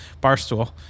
Barstool